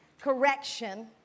correction